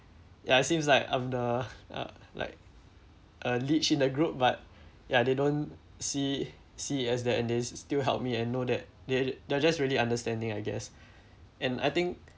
ya it seems like I'm the uh like a leech in the group but ya they don't see see as that and they still help me and know that they they're just really understanding I guess and I think